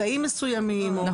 לא,